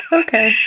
okay